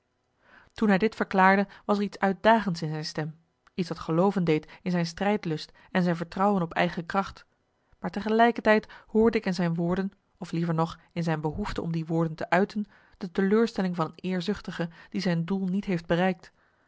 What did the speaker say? toen hij dit verklaarde was er iets uitdagends in zijn stem iets dat gelooven deed in zijn strijdlust en zijn vertrouwen op eigen kracht maar tegelijkertijd hoorde ik in zijn woorden of liever nog in zijn behoefte om die woorden te uiten de teleurstelling van een eerzuchtige die zijn doel niet heeft bereikt